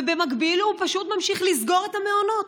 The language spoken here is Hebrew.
ובמקביל הוא פשוט ממשיך לסגור את המעונות,